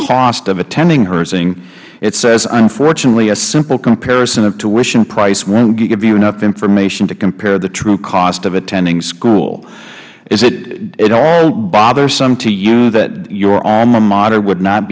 cost of attending herzing it says unfortunately a simple comparison of tuition price won't give you enough information to compare the true cost of attending school is it at all bothersome to you that your alma mater would not